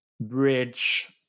bridge